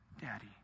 Daddy